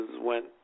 went